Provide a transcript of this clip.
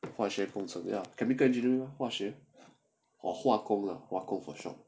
化学工程 ya chemical engineering lor 化学 or 化工 lah short form